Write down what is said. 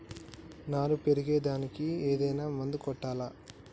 నారు పెరిగే దానికి ఏదైనా మందు కొట్టాలా?